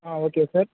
okay sir